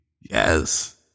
Yes